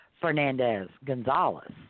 Fernandez-Gonzalez